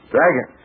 Dragon